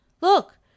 Look